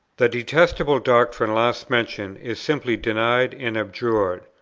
the detestable doctrine last mentioned is simply denied and abjured,